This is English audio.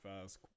fast